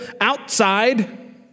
outside